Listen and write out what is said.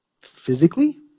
physically